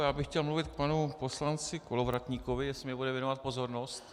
Já bych chtěl mluvit k panu poslanci Kolovratníkovi, jestli mi bude věnovat pozornost.